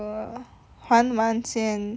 换完先